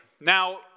Now